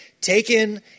taken